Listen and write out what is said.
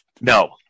no